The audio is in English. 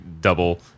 double